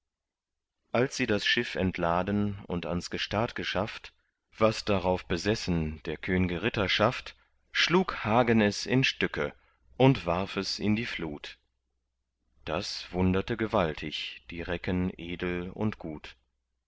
als sie das schiff entladen und ans gestad geschafft was darauf besessen der könge ritterschaft schlug hagen es in stücke und warf es in die flut das wunderte gewaltig die recken edel und gut